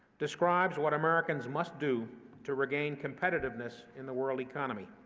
describes what americans must do to regain competitiveness in the world economy.